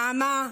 נעמה,